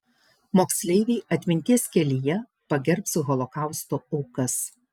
moksleiviai atminties kelyje pagerbs holokausto aukas